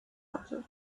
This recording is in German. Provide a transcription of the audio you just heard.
hatte